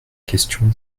question